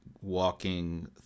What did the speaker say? walking